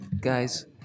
Guys